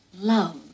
love